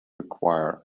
require